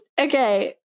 Okay